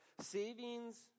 savings